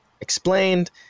explained